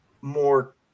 more